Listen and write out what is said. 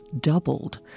doubled